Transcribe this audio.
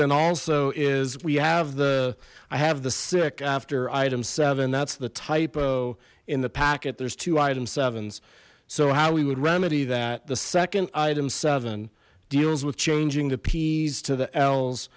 then also is we have the i have the sick after item seven that's the typo in the packet there's two item sevens so how we would remedy that the second item seven deals with changing the peas to the